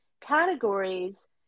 categories